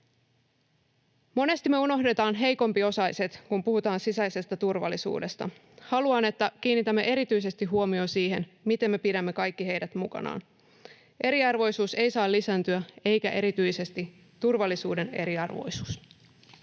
Monesti me unohdetaan heikompiosaiset, kun puhutaan sisäisestä turvallisuudesta. Haluan, että kiinnitämme erityisesti huomion siihen, miten me pidämme kaikki heidät mukana. Eriarvoisuus ei saa lisääntyä, eikä erityisesti turvallisuuden eriarvoisuus.